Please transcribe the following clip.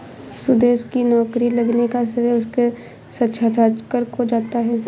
सुदेश की नौकरी लगने का श्रेय उसके साक्षात्कार को जाता है